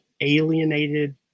alienated